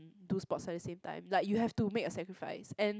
do sports at the same time like you have to make a sacrifice and